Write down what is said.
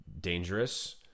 dangerous